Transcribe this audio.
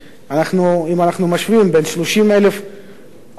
אם אנחנו משווים את 30,000 בני המחזור של